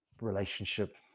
relationship